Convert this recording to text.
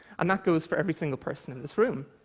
and that goes for every single person in this room.